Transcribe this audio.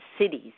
cities